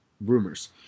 rumors